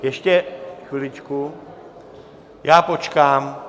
Ještě chviličku, já počkám...